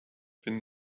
been